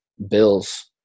bills